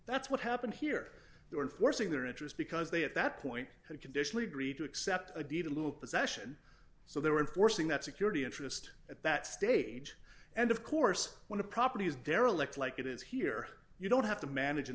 that's what happened here they were forcing their interest because they at that point had conditionally agreed to accept a deed a little possession so they were enforcing that security interest at that stage and of course when a property is derelict like it is here you don't have to manage an